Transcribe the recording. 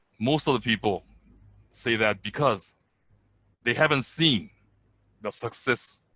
most of the people say that because they haven't seen the success,